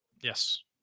Yes